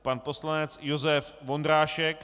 Pan poslanec Josef Vondrášek.